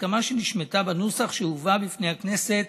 הסכמה שנשמטה בנוסח שהובא לפני הכנסת